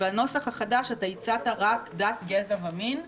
בנוסח החדש הצעת רק דת, גזע ומין.